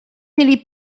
mieli